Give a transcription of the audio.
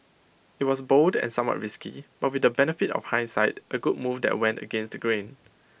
IT was bold and somewhat risky but with the benefit of hindsight A good move that went against the grain